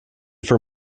for